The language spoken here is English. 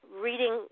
reading